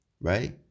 Right